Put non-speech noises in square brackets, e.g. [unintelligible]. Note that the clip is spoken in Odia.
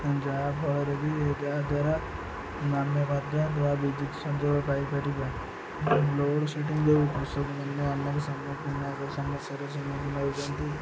ଯାହାଫଳରେ ବି ଯାହା ଦ୍ୱାରା [unintelligible] ବା ବିଦୁତ୍ ସଂଯୋଗ ପାଇପାରିବା ଲୋଡ଼୍ ସେଟିଂ ଯେଉଁ ପଶୁମାନେ ଆମର ସମ୍ମୁଖୀନ ସମସ୍ୟାର ସମ୍ମୁଖୀନ ହେଉଛନ୍ତି